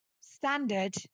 standard